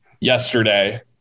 yesterday